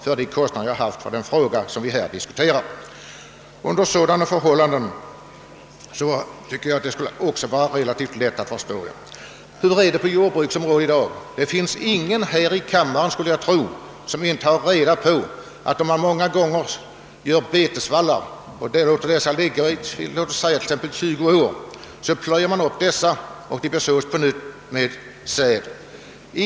Jag tycker att detta skulle vara relativt lätt att inse. Hur är det på jordbrukets område? Ingen här i kammaren, är väl okunnig om att man kan låta betesvallar ligga kvar under 20 år, varefter man plöjer upp dem och besår dem på nytt med säd.